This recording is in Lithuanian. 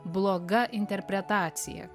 bloga interpretacija